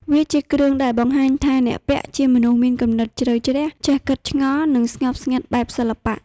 វាជាគ្រឿងដែលបង្ហាញថាអ្នកពាក់ជាមនុស្សមានគំនិតជ្រៅជ្រះ ចេះគិតឆ្ងល់ និងស្ងប់ស្ងាត់បែបសិល្បៈ។